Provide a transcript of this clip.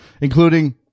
including